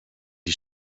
die